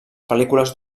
pel·lícules